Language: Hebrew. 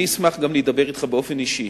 אני אשמח גם להידבר אתך באופן אישי,